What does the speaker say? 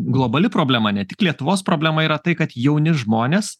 globali problema ne tik lietuvos problema yra tai kad jauni žmonės